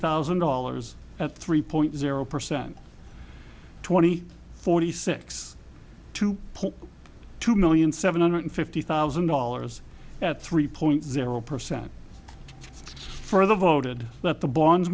thousand dollars at three point zero percent twenty forty six two point two million seven hundred fifty thousand dollars at three point zero percent for the voted the bonds